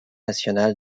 national